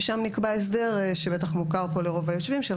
ושם נקבע הסדר שבטח מוכר פה לרוב היושבים של